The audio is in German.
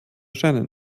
scheine